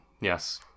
Yes